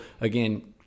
again